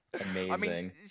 Amazing